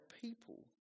people